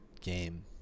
game